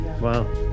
Wow